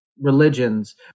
religions